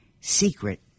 secret